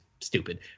stupid